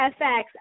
FX